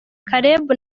caleb